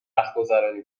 وقتگذرانی